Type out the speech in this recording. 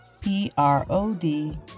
P-R-O-D